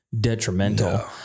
detrimental